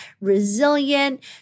resilient